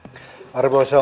arvoisa